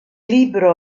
libro